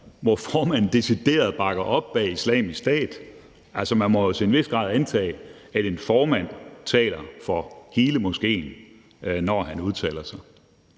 hvor formanden decideret bakker op om Islamisk Stat. Man må til en vis grad antage, at en formand taler for hele moskéen, når han udtaler sig.